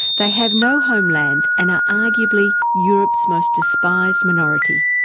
they have no homeland and are arguably europe's most despised minority,